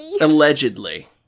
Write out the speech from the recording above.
Allegedly